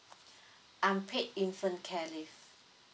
unpaid infant care leave